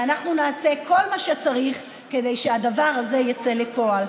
ואנחנו נעשה כל מה שצריך כדי שהדבר הזה יצא לפועל.